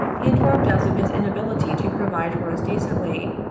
he informed us of his inability to provide for us decently,